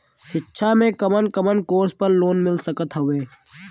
शिक्षा मे कवन कवन कोर्स पर लोन मिल सकत हउवे?